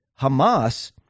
Hamas